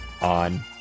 on